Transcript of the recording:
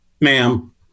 ma'am